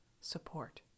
support